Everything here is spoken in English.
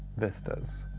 vistas.